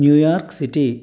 New York city